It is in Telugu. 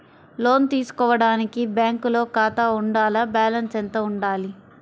లోను తీసుకోవడానికి బ్యాంకులో ఖాతా ఉండాల? బాలన్స్ ఎంత వుండాలి?